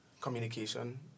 communication